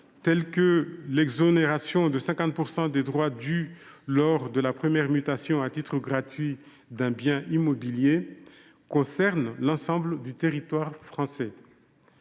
telles que l’exonération de 50 % des droits dus lors de la première mutation à titre gratuit d’un bien immobilier, concernent l’ensemble du territoire français.